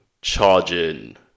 charging